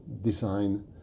design